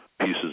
Pieces